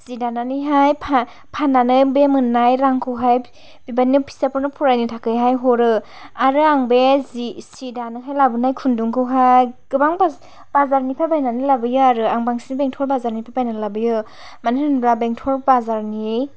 जि दानानैहाय फान फाननानै बे मोननाय रांखौहाय बेबादिनो फिसाफोरनो फरायनो थाखैहाय हरो आरो आं बे जि सि दानोहाय लाबोनाय खुनदुंखौहाय गोबांथार बाजारनिफ्राय बायनानै लाबोयो आरो आं बांसिन बेंथल बाजारनिफ्राय बायनानै लाबोयो मानो होनोब्ला बेंथल बाजारनि